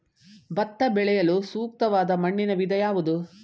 ಭತ್ತ ಬೆಳೆಯಲು ಸೂಕ್ತವಾದ ಮಣ್ಣಿನ ವಿಧ ಯಾವುದು?